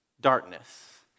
darkness